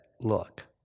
look